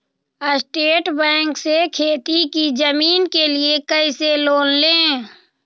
State bank से खेती की जमीन के लिए कैसे लोन ले?